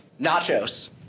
nachos